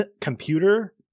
computer